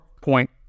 point